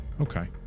Okay